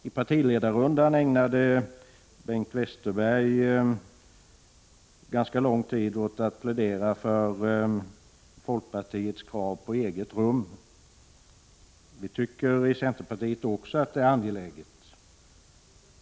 I partiledarrundan ägnade Bengt Westerberg ganska lång tid åt att plädera för folkpartiets krav på eget rum. Det tycker vi i centern också är angeläget.